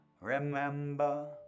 Remember